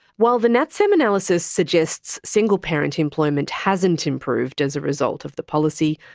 while the natsem analysis suggests single parent employment hasn't improved as a result of the policy,